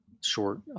short